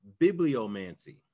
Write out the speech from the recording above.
bibliomancy